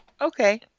Okay